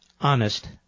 honest